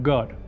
God